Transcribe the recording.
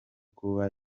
kuba